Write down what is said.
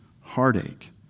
heartache